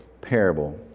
parable